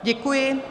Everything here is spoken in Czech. Děkuji.